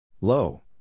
Low